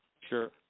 Sure